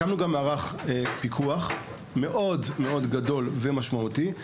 הקמנו גם מערך פיקוח מאוד גדול ומשמעותי.